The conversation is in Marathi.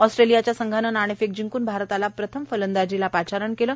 ऑस्ट्रेलियाच्या संघाने नाणेफेक जिंकून भारताला प्रथम फलंदाजीला पाचारण केले